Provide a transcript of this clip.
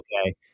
okay